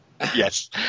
Yes